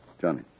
Johnny